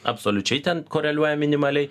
absoliučiai ten koreliuoja minimaliai